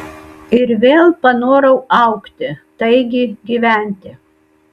ir vėl panorau augti taigi gyventi